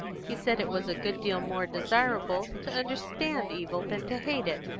he said it was a good deal more desirable to understand evil than to hate it,